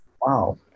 Wow